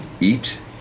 eat